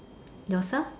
yourself